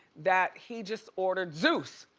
that he just ordered zeus,